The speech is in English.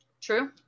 True